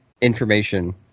information